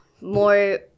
more